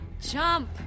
Jump